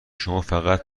شمافقط